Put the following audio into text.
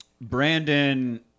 Brandon